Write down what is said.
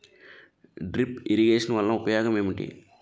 drip irrigation వలన ఉపయోగం ఏంటి